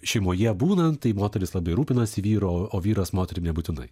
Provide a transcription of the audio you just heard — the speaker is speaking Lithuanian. šeimoje būnant tai moteris labai rūpinasi vyru o o vyras moterim nebūtinai